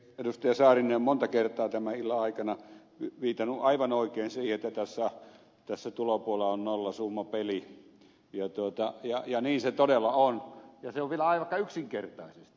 saarinen on monta kertaa tämän illan aikana viitannut aivan oikein siihen että tässä tulopuolella on nollasummapeli ja niin se todella on ja se on vielä aika yksinkertaisesti